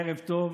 ערב טוב.